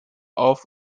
auf